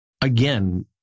again